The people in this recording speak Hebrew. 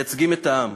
מייצגים את העם.